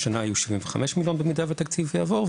השנה יהיו 75 מיליון במידה שהתקציב יעבור,